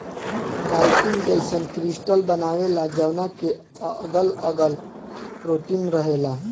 chitin जईसन crystal बनावेला जवना के अगल अगल प्रोटीन रहेला